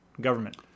government